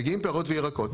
מגיעים פירות וירקות.